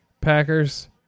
Packers